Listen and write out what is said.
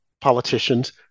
politicians